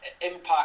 impact